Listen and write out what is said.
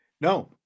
No